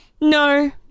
No